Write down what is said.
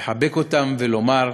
לחבק אותם ולומר: